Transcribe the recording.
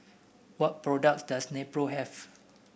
what products does Nepro have